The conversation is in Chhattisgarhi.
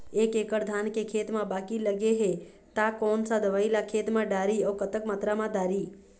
एक एकड़ धान के खेत मा बाकी लगे हे ता कोन सा दवई ला खेत मा डारी अऊ कतक मात्रा मा दारी?